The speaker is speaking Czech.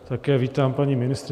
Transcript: Také vítám paní ministryni.